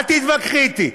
אל תתווכחי איתי.